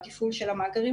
גם תאגידי המים,